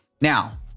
Now